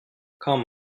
come